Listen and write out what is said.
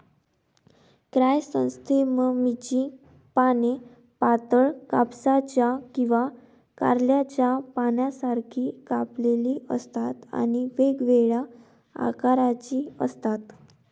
क्रायसॅन्थेममची पाने पातळ, कापसाच्या किंवा कारल्याच्या पानांसारखी कापलेली असतात आणि वेगवेगळ्या आकाराची असतात